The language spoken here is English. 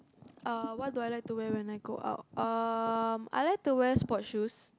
uh what do I like to wear when I go out um I like to wear to wear sport shoes